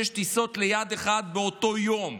שש טיסות ליעד אחד באותו יום.